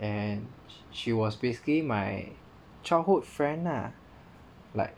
and she was basically my childhood friend lah like